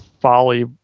folly